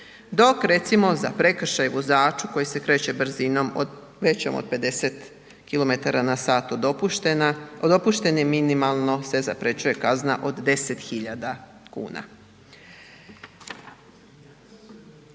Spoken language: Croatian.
Dok recimo za prekršaj vozaču koji se kreće brzinom većom od 50 km/h od dopuštene minimalno se zaprečuje kazna od 10.000 kuna.